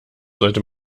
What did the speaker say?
sollte